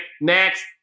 next